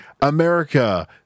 America